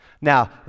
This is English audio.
now